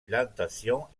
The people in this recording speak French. plantations